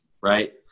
right